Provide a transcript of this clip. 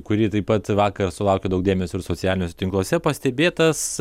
kuri taip pat vakar sulaukė daug dėmesio ir socialiniuose tinkluose pastebėtas